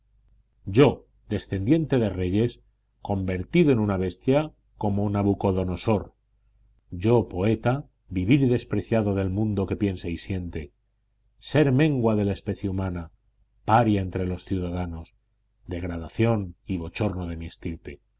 yo descendiente de reyes convertido en una bestia como nabucodonosor yo poeta vivir despreciado del mundo que piensa y siente ser mengua de la especie humana paria entre los ciudadanos degradación y bochorno de mi estirpe